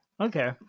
Okay